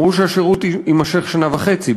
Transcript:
אמרו שהשירות יימשך שנה וחצי,